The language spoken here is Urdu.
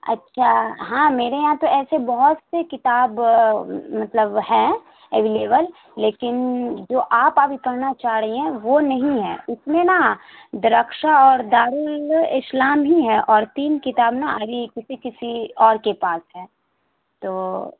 اچھا ہاں میرے یہاں تو ایسے بہت سے کتاب مطلب ہیں اویلبل لیکن جو آپ ابھی پڑھنا چاہ رہی ہیں وہ نہیں ہیں اس میں نا درخشا اور دار الاسلام ہی ہیں اور تین کتاب نا ابھی کسی کسی اور کے پاس ہیں تو